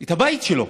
את הבית שלו,